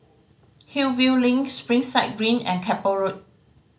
Hillview Link Springside Green and Keppel Road